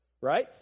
right